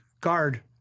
guard